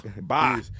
bye